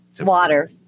Water